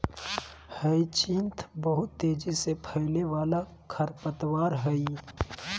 hyacinth बहुत तेजी से फैलय वाला खरपतवार हइ